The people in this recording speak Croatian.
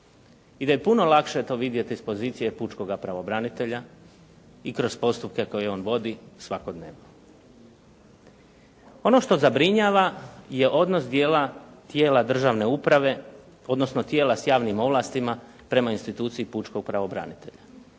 i da je puno lakše to vidjeti s pozicije pučkoga pravobranitelja i kroz postupke koje on vodi svakodnevno. Ono što zabrinjava je odnos dijela tijela državne uprave, odnosno tijela s javnim ovlastima prema instituciji pučkog pravobranitelja.